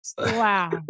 Wow